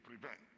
prevent